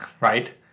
Right